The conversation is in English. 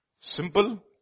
Simple